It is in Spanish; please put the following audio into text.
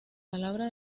palabra